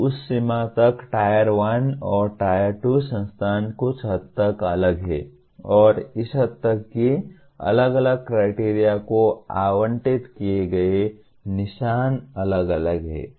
तो उस सीमा तक Tier 1 और Tier 2 संस्थान कुछ हद तक अलग हैं और इस हद तक कि अलग अलग क्राइटेरिया को आवंटित किए गए निशान अलग अलग हैं